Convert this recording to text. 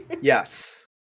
Yes